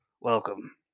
welcome